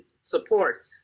support